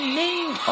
name